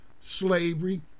slavery